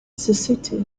sesotho